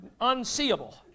unseeable